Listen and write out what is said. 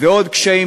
מה נעשה?